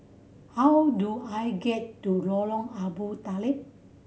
how do I get to Lorong Abu Talib